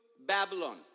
Babylon